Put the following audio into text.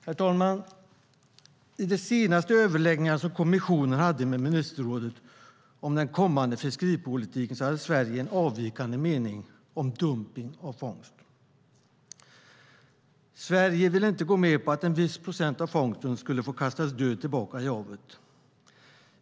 Herr talman! I den senaste överläggningen som kommissionen hade med ministerrådet om den kommande fiskeripolitiken hade Sverige en avvikande mening om dumpning av fångst. Sverige ville inte gå med på att en viss procent av fångsten skulle få kastas död tillbaka i havet.